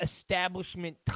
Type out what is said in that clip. establishment